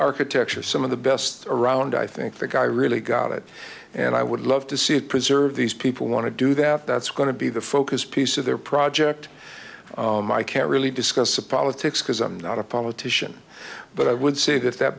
architecture some of the best around i think the guy really got it and i would love to see it preserved these people want to do that that's going to be the focus piece of their project i can't really discuss a politics because i'm not a politician but i would say that that